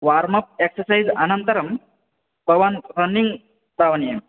warm up exercise अनन्तरम् भवान् running धावनीयम्